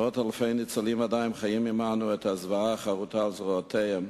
מאות אלפי ניצולים עדיין חיים עמנו את הזוועה החרותה על זרועותיהם,